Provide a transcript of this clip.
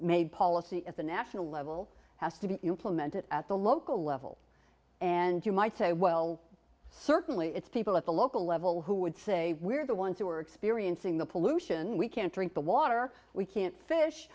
made policy at the national level has to be implemented at the local level and you might say well certainly it's people at the local level who would say we're the ones who are experiencing the pollution we can't drink the water we can't fish